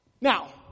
Now